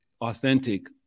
authentic